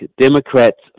Democrats